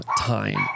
time